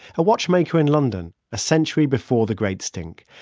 a watchmaker in london essentially before the great stink,